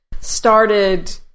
started